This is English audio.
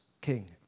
king